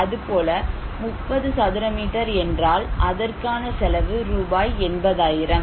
அதுபோல 30 சதுர மீட்டர் என்றால் அதற்கான செலவு ரூபாய் 80000